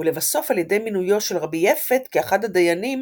ולבסוף על ידי מינויו של רבי יפת כאחד הדיינים